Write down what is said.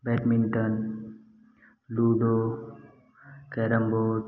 badminton ludo carrom board